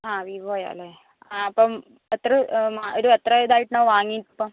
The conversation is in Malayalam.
ആ വിവോയാണല്ലേ ആ അപ്പോൾ എത്ര ഒരു എത്രയായിട്ടുണ്ടാവും വാങ്ങിയിട്ടിപ്പോൾ